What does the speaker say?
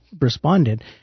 responded